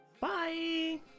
Bye